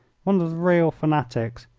one of the real fanatics,